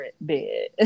bed